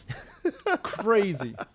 crazy